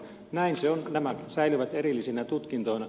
näin se on nämä säilyvät erillisinä tutkintoina